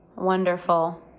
wonderful